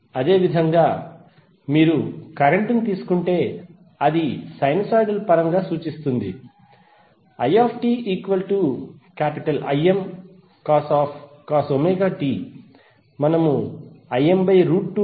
అదేవిధంగా మీరు కరెంట్ తీసుకుంటే అది సైనూసోయిడల్ పరంగా సూచిస్తుంది itImcos t మనము Im2